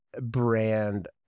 brand